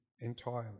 entirely